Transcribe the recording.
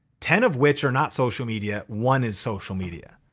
ten of which are not social media, one is social media.